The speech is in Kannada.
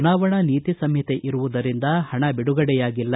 ಚುನಾವಣೆ ನೀತಿ ಸಂಪಿತೆ ಇರುವುದರಿಂದ ಪಣ ಬಿಡುಗಡೆಯಾಗಿಲ್ಲ